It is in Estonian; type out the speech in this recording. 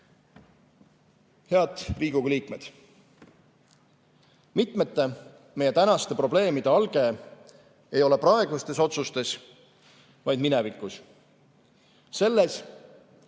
Riigikogu liikmed! Mitmete meie tänaste probleemide alge ei ole praegustes otsustes, vaid minevikus. Selles,